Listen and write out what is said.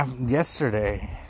yesterday